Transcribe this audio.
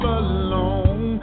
alone